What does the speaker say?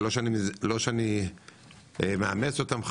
אני לא מאמץ אותם,